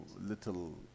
little